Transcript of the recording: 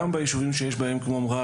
גם ביישובים שיש בהם כמו מראר,